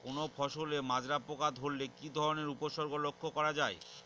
কোনো ফসলে মাজরা পোকা ধরলে কি ধরণের উপসর্গ লক্ষ্য করা যায়?